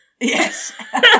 Yes